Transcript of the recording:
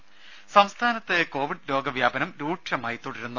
രും സംസ്ഥാനത്ത് കോവിഡ് രോഗവ്യാപനം രൂക്ഷമായി തുടരുന്നു